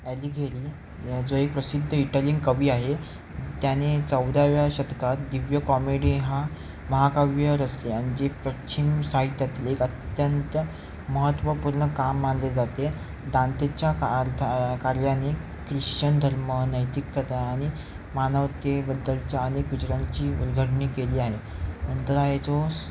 ॲलीघेली जो एक प्रसिद्ध इटलियन कवी आहे त्याने चौदाव्या शतकात दिव्य कॉमेडी हा महाकाव्य रचले आणि जे पश्चिम साहित्यातले एक अत्यंत महत्त्वपूर्ण काम मानले जाते दांतेच्या कालथा कार्याने ख्रिश्चन धर्म नैतिकता आणि मानवतेबद्दलच्या आणि विचारांची उलघडणी केली आहे नंतर आहे तो